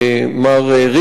מר ריפמן,